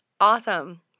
Awesome